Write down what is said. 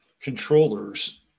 controllers